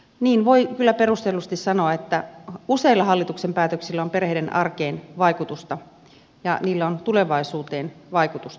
niin voi kyllä perustellusti sanoa että useilla hallituksen päätöksillä on perheiden arkeen vaikutusta ja niillä on tulevaisuuteen vaikutusta